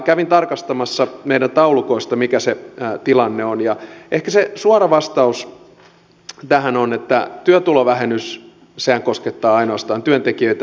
kävin tarkastamassa meidän taulukoistamme mikä se tilanne on ja ehkä se suora vastaus tähän on että työtulovähennyshän koskettaa ainoastaan työntekijöitä